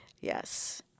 yes